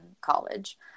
college